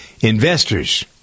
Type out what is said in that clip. investors